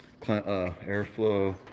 airflow